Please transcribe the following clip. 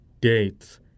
Dates